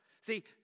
See